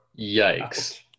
Yikes